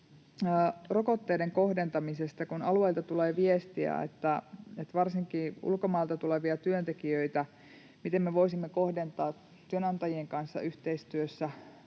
rokotteiden kohdentamisesta, kun alueilta tulee viestiä varsinkin ulkomailta tulevien työntekijöiden osalta, miten me voisimme kohdentaa työnantajien kanssa yhteistyössä